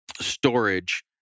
storage